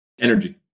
Energy